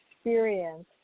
experience